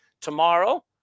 tomorrow